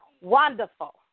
Wonderful